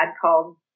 called